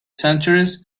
centuries